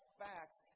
facts